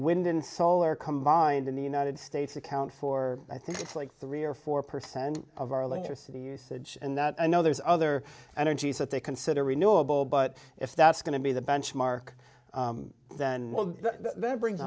wind and solar combined in the united states account for i think it's like three or four percent of our electricity usage and that i know there's other energies that they consider renewable but if that's going to be the benchmark then well that brings